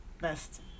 best